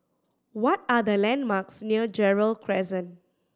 what are the landmarks near Gerald Crescent